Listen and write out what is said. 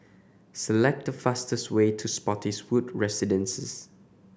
select the fastest way to Spottiswoode Residences